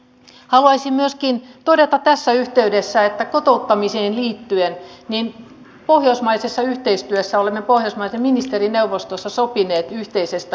haluaisin myöskin todeta tässä yhteydessä kotouttamiseen liittyen että pohjoismaisessa yhteistyössä olemme pohjoismaiden ministerineuvostossa sopineet yhteisestä pohjoismaisesta hankkeesta